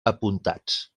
apuntats